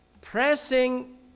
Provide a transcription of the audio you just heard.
pressing